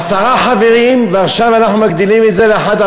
עשרה חברים, ועכשיו אנחנו מגדילים את זה ל-11.